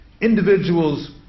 Individuals